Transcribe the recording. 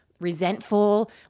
resentful